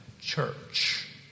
church